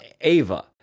Ava